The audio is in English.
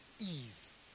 ease